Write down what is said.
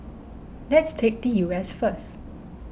let's take the U S first